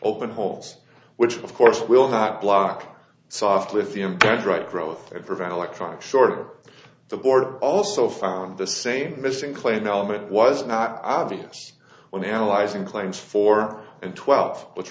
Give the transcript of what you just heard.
open holes which of course will not block soft lithium that's right growth and prevent a like five short the board also found the same missing claim element was not obvious when analyzing claims four and twelve which